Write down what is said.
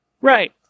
Right